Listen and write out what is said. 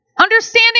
Understanding